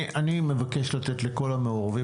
אני מבקש לתת לכל המעורבים,